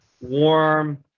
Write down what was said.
warm